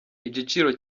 igiciro